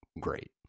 great